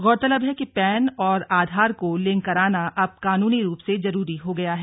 गौरतलब है कि पैन और आधार को लिंक कराना अब कानूनी रूप से जरूरी हो गया है